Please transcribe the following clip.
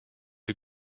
luc